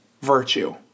virtue